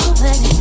baby